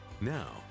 Now